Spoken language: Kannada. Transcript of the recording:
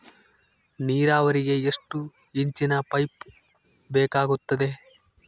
ನೇರಾವರಿಗೆ ಎಷ್ಟು ಇಂಚಿನ ಪೈಪ್ ಬೇಕಾಗುತ್ತದೆ?